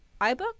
iBook